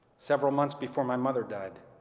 several months before my mother died,